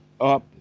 up